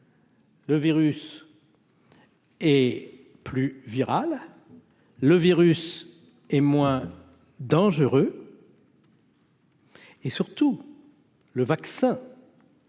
Le virus est plus viral, le virus est moins dangereux. Et surtout, le vaccin.